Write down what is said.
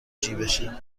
جیبشه